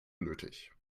nötig